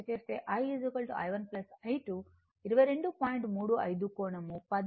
35 కోణం 10